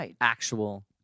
actual